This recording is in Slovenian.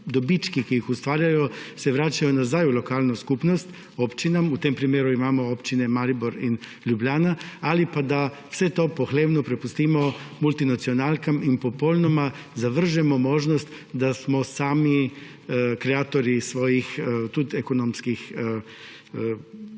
ki jih ustvarjajo, vračajo nazaj v lokalno skupnost, občinam, v tem primeru imamo občini Maribor in Ljubljana, ali pa da vse to pohlevno prepustimo multinacionalkam in popolnoma zavržemo možnost, da smo sami kreatorji tudi ekonomskih